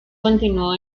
continuó